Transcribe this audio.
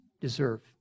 deserve